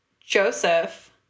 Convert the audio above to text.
Joseph